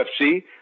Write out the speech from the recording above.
UFC